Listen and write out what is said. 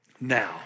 Now